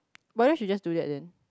why don't she just do that then